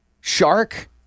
Shark